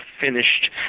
finished